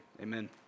Amen